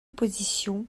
position